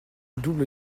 double